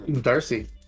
Darcy